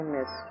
Miss